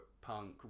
punk